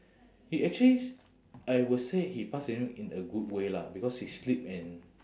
he actually I would say he passed away in a good way lah because he sleep and